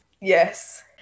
yes